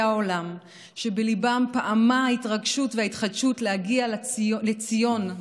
העולם שבליבם פעמה ההתרגשות וההתחדשות להגיע לציון,